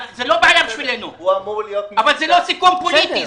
זאת לא בעיה בשבילנו, אבל זה לא סיכום פוליטי.